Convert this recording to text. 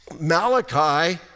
Malachi